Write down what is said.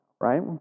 right